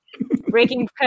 Breaking